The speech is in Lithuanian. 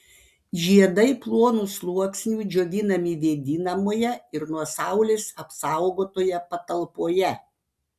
žiedai plonu sluoksniu džiovinami vėdinamoje ir nuo saulės apsaugotoje patalpoje